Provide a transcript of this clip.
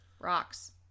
Rocks